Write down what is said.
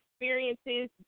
experiences